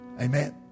Amen